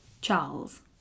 Charles